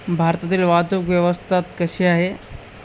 भारतातील वाहतूक व्यवस्था कशी आहे